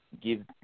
give